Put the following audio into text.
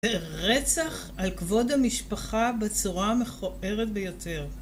זה רצח על כבוד המשפחה בצורה המכוערת ביותר.